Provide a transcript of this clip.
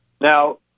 Now